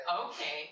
Okay